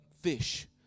Fish